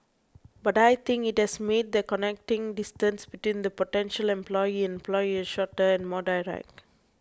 but I think it has made the connecting distance between the potential employee and employer shorter and more direct